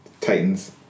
Titans